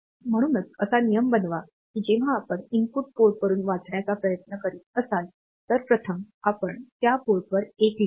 म्हणूनच असा नियम बनवा की जेव्हा आपण इनपुट पोर्टवरून वाचण्याचा प्रयत्न करीत असाल तर प्रथम आपण त्या पोर्टवर 1 लिहावे